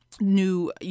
new